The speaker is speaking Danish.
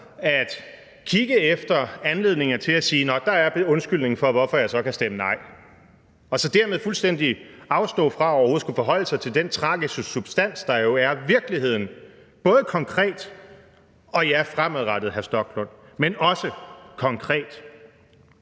at kigge efter anledninger til at sige, at nå, der er undskyldningen for, hvorfor jeg så kan stemme nej, og så dermed fuldstændig afstå fra overhovedet at skulle forholde sig til den tragiske substans, der jo er virkeligheden – både konkret og, ja, hr. Rasmus Stoklund, også